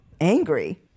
angry